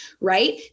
Right